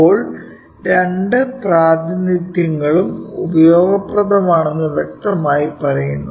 ഇപ്പോൾ രണ്ട് പ്രാതിനിധ്യങ്ങളും ഉപയോഗപ്രദമാണെന്ന് വ്യക്തമായി പറയുന്നു